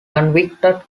convicted